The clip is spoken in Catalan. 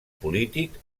polític